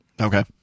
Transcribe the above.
Okay